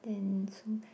then so